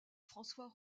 françois